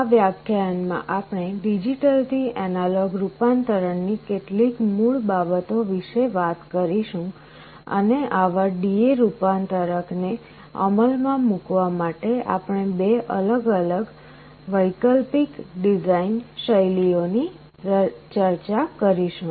આ વ્યાખ્યાન માં આપણે ડિજિટલ થી એનાલોગ રૂપાંતરણ ની કેટલીક મૂળ બાબતો વિશે વાત કરીશું અને આવા DA રૂપાંતરક ને અમલ માં મૂકવા માટે આપણે બે અલગ અલગ વૈકલ્પિક ડિઝાઇન શૈલીઓની ચર્ચા કરીશું